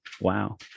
Wow